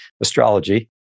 astrology